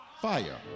Fire